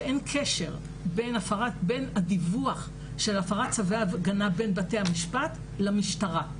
שאין קשר בין הדיווח על הפרת צווי הגנה בין בתי המשפט למשטרה,